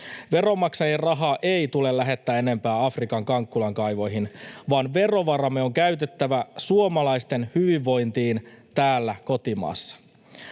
Veronmaksajien rahaa ei tule lähettää enempää Afrikan kankkulankaivoihin, vaan verovaramme on käytettävä suomalaisten hyvinvointiin täällä kotimaassa.